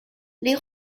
les